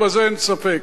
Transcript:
בזה אין ספק.